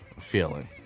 feeling